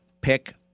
pick